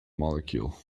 molecule